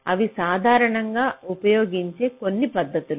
ఇవి సాధారణంగా ఉపయోగించే కొన్ని పద్ధతులు